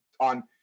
on